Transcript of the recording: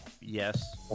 Yes